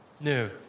new